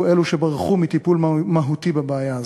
אלו שברחו מטיפול מהותי בבעיה הזאת.